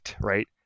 right